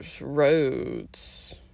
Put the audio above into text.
roads